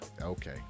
Okay